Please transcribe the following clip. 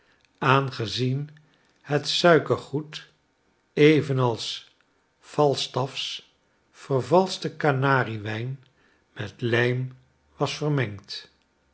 draadwerk aangezienhet suikergoed evenals falstaffs vervalschte kanariewijn met lijm was vermengd